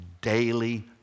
daily